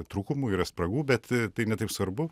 trūkumų yra spragų bet tai ne taip svarbu